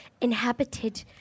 inhabited